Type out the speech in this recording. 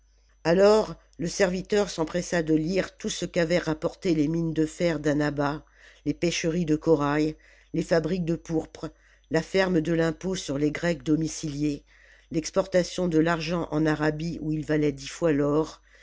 alors le serviteur s'empressa de lire tout ce qu'avaient rapporté les mines de fer d'annaba les pêcheries de corail les fabriques de pourpre la ferme de l'impôt sur les grecs domiciliés l'exportation de l'argent en arabie où il valait dix fois l'or